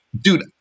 Dude